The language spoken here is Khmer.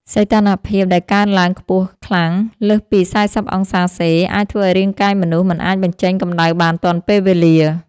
សីតុណ្ហភាពដែលកើនឡើងខ្ពស់ខ្លាំងលើសពី ៤០ អង្សាសេ អាចធ្វើឱ្យរាងកាយមនុស្សមិនអាចបញ្ចេញកម្ដៅបានទាន់ពេលវេលា។